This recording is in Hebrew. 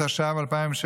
התשע"ו 2016,